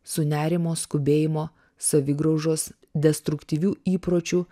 su nerimo skubėjimo savigraužos destruktyvių įpročių